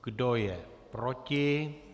Kdo je proti?